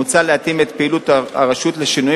מוצע להתאים את פעילות הרשות לשינויים